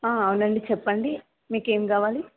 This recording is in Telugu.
అవునండి చెప్పండి మీకు ఏమి కావాలి